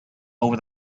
over